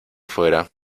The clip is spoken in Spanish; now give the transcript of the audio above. fuera